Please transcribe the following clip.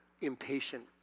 impatient